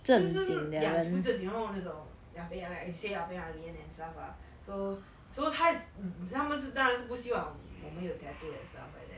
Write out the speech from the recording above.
like 就是 ya 不正直 you know 那种 something like that say ah beng ah lian and stuff ah so so 她他们是当然不希望我们有 tattoo and stuff like that